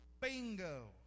Bingo